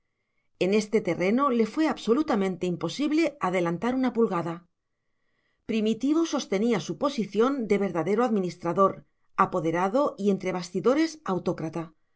en este terreno le fue absolutamente imposible adelantar una pulgada primitivo sostenía su posición de verdadero administrador apoderado y entre bastidores autócrata